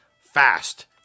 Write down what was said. fast